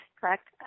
correct